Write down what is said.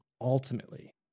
Ultimately